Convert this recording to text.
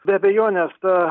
be abejonės ta